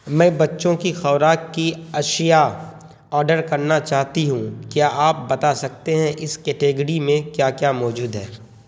میں بچوں کی خوراک کی اشیاء آڈر کرنا چاہتی ہوں کیا آپ بتا سکتے ہیں اس کیٹیگڑی میں کیا کیا موجود ہے